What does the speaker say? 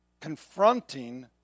confronting